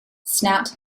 snout